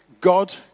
God